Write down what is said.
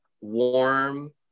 warm